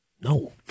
No